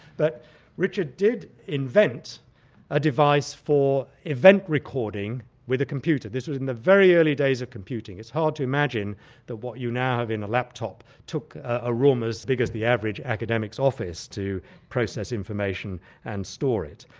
but richard did invent a device for event-recording with a computer. this was in the very early days of computing. it's hard to imagine that what you now have in a laptop took a room as big as the average academic's office to process information and store it.